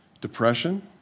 depression